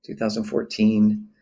2014